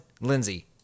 Lindsey